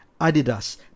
Adidas